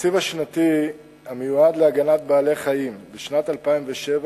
התקציב השנתי המיועד להגנה על בעלי-חיים בשנת 2007,